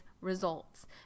results